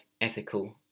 ethical